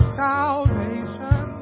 salvation